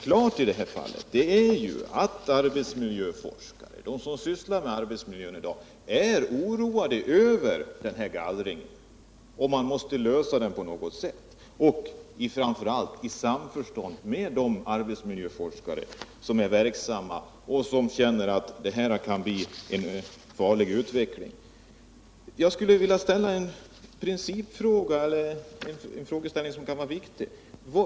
Klart är att arbetsmiljöforskare, de som sysslar med arbetsmiljön i dag, är oroade över den här gallringen. Vi måste lösa gallringsproblemet på något sätt, framför allt i samförstånd med de arbetsmiljöforskare som är verksamma och som känner att detta kan bli en farlig utveckling. Jag skulle vilja ta upp en frågeställning som kan vara viktig.